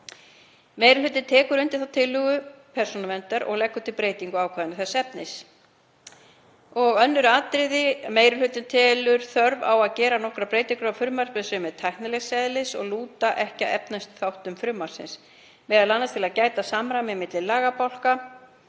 Meiri hlutinn tekur undir þá tillögu Persónuverndar og leggur til breytingu á ákvæðinu þess efnis. Og önnur atriði: Meiri hlutinn telur þörf á að gera nokkrar breytingar á frumvarpinu sem eru tæknilegs eðlis og lúta ekki að efnisþáttum frumvarpsins, m.a. til að gæta að samræmi milli lagabálka